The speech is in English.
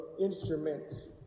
instruments